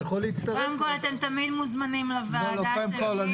קודם כול, אתם תמיד מוזמנים לוועדה שלי.